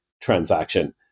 transaction